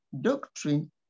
doctrine